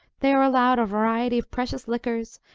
they are allowed a variety of precious liquors,